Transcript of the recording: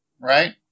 Right